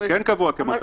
ב-2009.